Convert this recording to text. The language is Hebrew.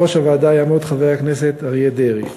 בראש הוועדה יעמוד חבר הכנסת אריה דרעי.